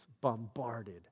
bombarded